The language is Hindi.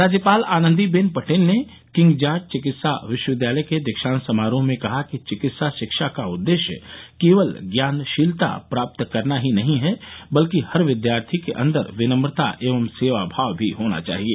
राज्यपाल आनंदीबेन पटेल ने किंग जार्ज चिकित्सा विश्वविद्यालय के दीक्षान्त समारोह में कहा कि चिकित्सा शिक्षा का उद्देश्य केवल ज्ञानशीलता प्राप्त करना ही नहीं है बल्कि हर शिक्षार्थी के अन्दर विनम्रता एवं सेवाभाव भी होना चाहिये